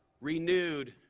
renewed,